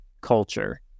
culture